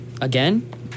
Again